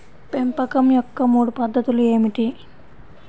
పెంపకం యొక్క మూడు పద్ధతులు ఏమిటీ?